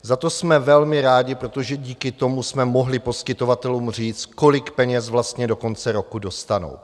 Za to jsme velmi rádi, protože díky tomu jsme mohli poskytovatelům říct, kolik peněz vlastně do konce roku dostanou.